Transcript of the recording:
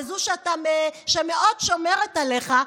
זו שמאוד שומרת עליך,